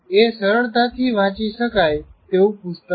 એ સરળતાથી વાંચી શકાય તેવું પુસ્તક છે